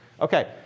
Okay